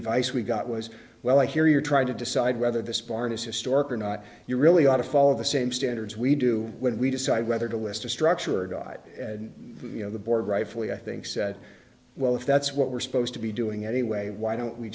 advice we got was well i hear you're trying to decide whether this part is historic or not you really ought to follow the same standards we do when we decide whether to list a structure or guide you know the board rightfully i think said well if that's what we're supposed to be doing anyway why don't we